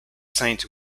saint